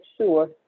sure